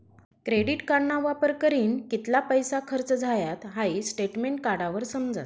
credit कार्डना वापर करीन कित्ला पैसा खर्च झायात हाई स्टेटमेंट काढावर समजस